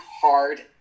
hard